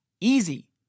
easy